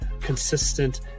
consistent